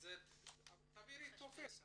אבל תעבירי את שמך.